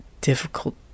difficult